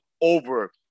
over